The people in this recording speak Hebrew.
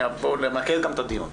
פה --- נמקד את הדיון.